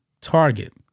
Target